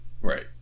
Right